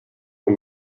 und